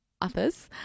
others